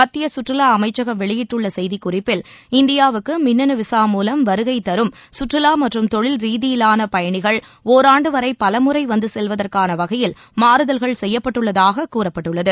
மத்திய சுற்றுலா அமைச்சகம் வெளியிட்டுள்ள செய்திக்குறிப்பில் இந்தியாவுக்கு மின்னணு விசா மூலம் வருகை தரும் சுற்றுலா மற்றும் தொழில் ரீதியிலான பயணிகள் ஓராண்டுவரை பலமுறை வந்து செல்வதற்கான வகையில் மாறுதல்கள் செய்யப்பட்டுள்ளதாக கூறப்பட்டுள்ளது